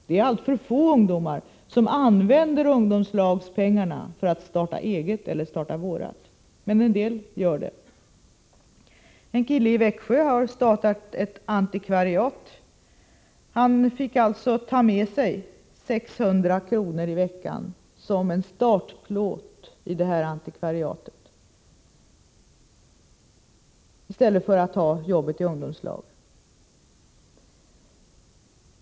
Det är alltför få ungdomar som använder ungdomslagspengar för att starta eget eller starta ”vårt”, men en del gör det. En kille i Växjö har startat ett antikvariat. Han fick alltså ta med sig 600 kr. i veckan som en startplåt för sitt antikvariat i stället för att ha jobbet i ungdomslag.